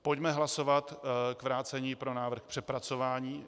Pojďme hlasovat k vrácení pro návrh k přepracování.